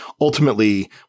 ultimately